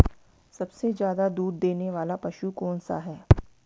सबसे ज़्यादा दूध देने वाला पशु कौन सा है?